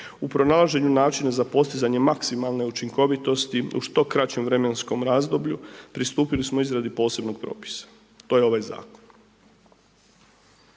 U pronalaženju načina za postizanje maksimalne učinkovitosti u što kraćem vremenskom razdoblju pristupili smo izradi posebnog propisa, to je ovaj zakon.